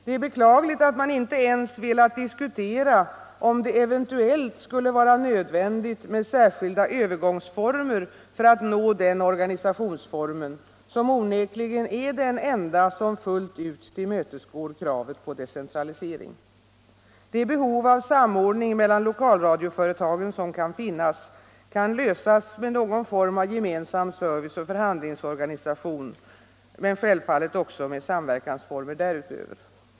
Det är beklagligt att man inte ens har velat diskutera om det eventuellt skulle vara nödvändigt med särskilda övergångsformer för att nå den organisationsformen, som onekligen är den enda som fullt ut tillmötesgår kravet på decentralisering. Det behov av samordning mellan lokalradioföretagen som kan finnas kan tillgodoses med någon form av gemensam service och förhandlingsorganisation, men självfallet också med samverkansformer därutöver.